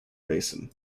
basin